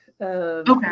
Okay